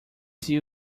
see